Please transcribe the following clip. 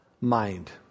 mind